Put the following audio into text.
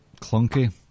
clunky